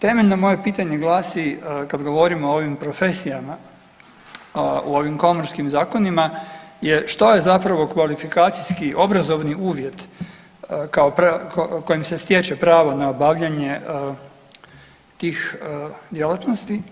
Temeljno moje pitanje glasi, kad govorimo o ovim profesijama u ovim komorskim zakonima je što je zapravo kvalifikacijski obrazovni uvjet kojim se stječe pravo na obavljanje tih djelatnosti